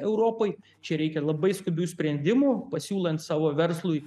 europai čia reikia labai skubių sprendimų pasiūlant savo verslui